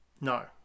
no